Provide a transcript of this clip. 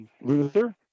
Luther